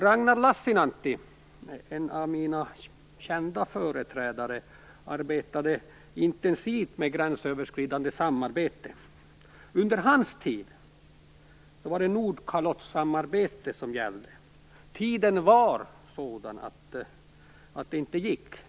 Ragnar Lassinantti - en av mina kända företrädare - arbetade intensivt med gränsöverskridande samarbete. Under hans tid var det Nordkalottssamarbete som gällde. Tiden var sådan att det inte gick.